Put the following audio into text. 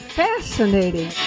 fascinating